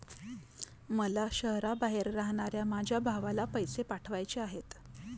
मला शहराबाहेर राहणाऱ्या माझ्या भावाला पैसे पाठवायचे आहेत